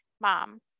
mom